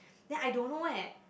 then I don't know eh